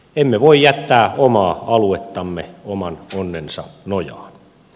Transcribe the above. emme voi jättää omaa aluettamme oman onnensa nojaan